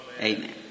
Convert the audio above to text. Amen